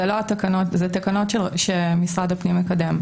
זה תקנות שמשרד הפנים מקדם.